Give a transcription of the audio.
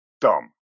dumb